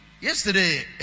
yesterday